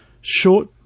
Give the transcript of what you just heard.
Short